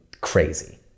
crazy